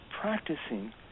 practicing